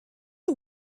you